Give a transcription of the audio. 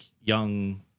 young